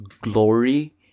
glory